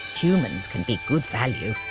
humans can be good value.